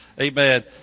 Amen